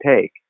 take